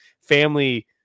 family